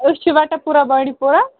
أسۍ چھِ وٹَہٕ پوٗرہ بانٛڈی پوٗرہ